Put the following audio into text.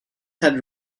had